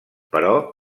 però